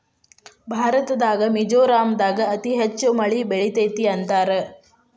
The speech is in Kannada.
ಭಾರತದಾಗ ಮಿಜೋರಾಂ ದಾಗ ಅತಿ ಹೆಚ್ಚ ಮಳಿ ಬೇಳತತಿ ಅಂತಾರ